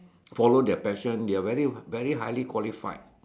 follow their passion they're very very highly qualified